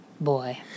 Boy